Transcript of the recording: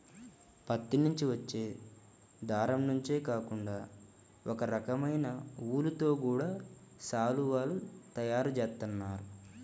పత్తి నుంచి వచ్చే దారం నుంచే కాకుండా ఒకరకమైన ఊలుతో గూడా శాలువాలు తయారు జేత్తన్నారు